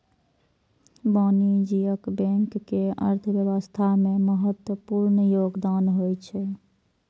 वाणिज्यिक बैंक के अर्थव्यवस्था मे महत्वपूर्ण योगदान होइ छै